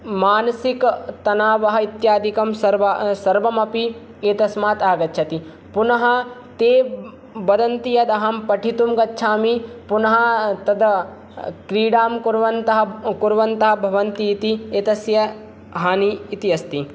मानसिकतनावः इत्यादिकं सर्व सर्वमपि एतस्मात् आगच्छति पुनः ते वदन्ति यत् अहं पठितुं गच्छामि पुनः तद् क्रीडां कुर्वन्तः कुर्वन्तः भवन्ति इति एतस्य हानिः इति अस्ति